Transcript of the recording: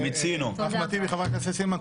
חבר הכנסת אחמד טיבי וחברת הכנסת סילמן,